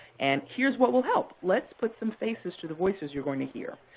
and here's what will help. let's put some faces to the voices you're going to hear.